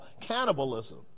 cannibalism